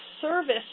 service